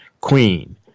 queen